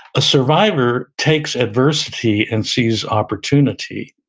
a survivor takes adversity and sees opportunity,